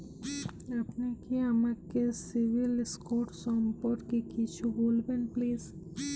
আপনি কি আমাকে সিবিল স্কোর সম্পর্কে কিছু বলবেন প্লিজ?